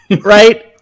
Right